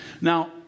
Now